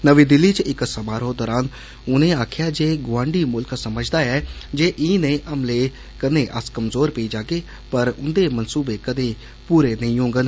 नमीं दिल्ली च इक समारोह दौरान उनें आक्खेआ जे गुआंडी मुल्ख समझदा ऐ जे इनेह हमले कन्नै अस कमजोर पेई जागे पर उंदे मंसूबे कर्दे पूरे नेई होगंन